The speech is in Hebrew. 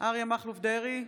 אריה מכלוף דרעי,